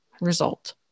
result